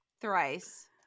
thrice